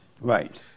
Right